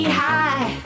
high